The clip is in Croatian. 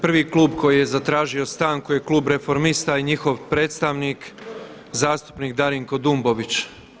Prvi klub koji je zatražio stanku je Klub reformista i njihov predstavnik zastupnik Darinko Dumbović.